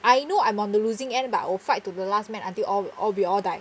I know I'm on the losing end but I'll fight to the last man until all we all we all die